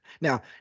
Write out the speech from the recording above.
Now